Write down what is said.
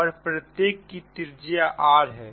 और प्रत्येक की त्रिज्या r है